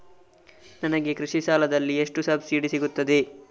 ನನಗೆ ಕೃಷಿ ಸಾಲದಲ್ಲಿ ಎಷ್ಟು ಸಬ್ಸಿಡಿ ಸೀಗುತ್ತದೆ?